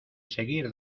seguir